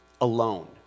alone